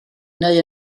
neu